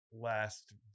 last